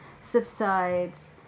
subsides